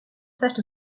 set